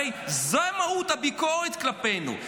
הרי זו מהות הביקורת כלפינו.